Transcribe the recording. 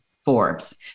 Forbes